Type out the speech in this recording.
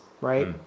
right